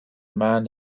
man